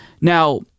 Now